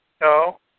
No